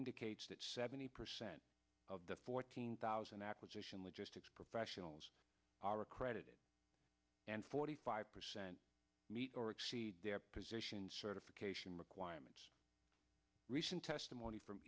indicates that seventy percent of the fourteen thousand acquisition logistics professionals are accredited and forty five percent meet or exceed their positions certification requirements recent testimony from